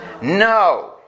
no